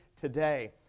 today